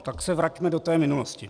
Tak se vraťme do té minulosti.